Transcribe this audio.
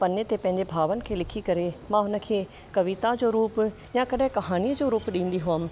पने ते पंहिंजे भावनि खे लिखी करे मां हुन खे कविता जो रुप या कॾहिं कहाणी जो रूप ॾींदी हुअमि